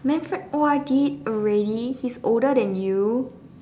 Manfred O_R_Ded already he's older than you